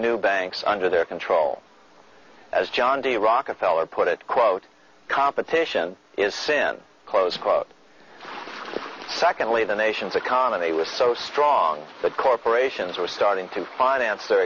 new banks under their control as john d rockefeller put it quote competition is sin closed secondly the nation's economy was so strong that corporations were starting to finance